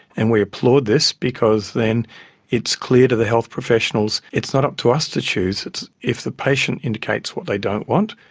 and we applaud this because then it's clear to the health professionals it's not up to us to choose, it's if the patient indicates what they don't want,